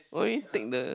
only take the